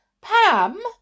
Pam